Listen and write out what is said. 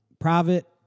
private